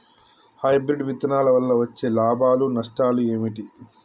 Hybrid విత్తనాల వల్ల వచ్చే లాభాలు నష్టాలు ఏమిటి?